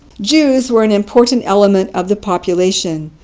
jews were an important element of the population,